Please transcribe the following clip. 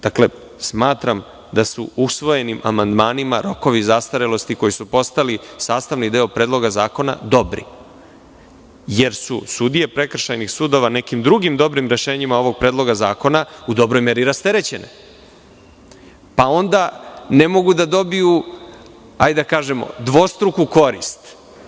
Dakle, smatram da su usvojenim amandmanima rokovi zastarelosti, koji su postali sastavni deo Predloga zakona, dobri, jer su sudije prekršajnih sudova nekim drugim dobrim rešenjima ovog predloga zakona u dobroj meri rasterećene, pa onda ne mogu da dobiju, da tako kažemo, dvostruku korist.